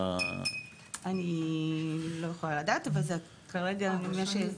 אני לא יכולה לדעת, כרגע --- ההגשה נסגרה.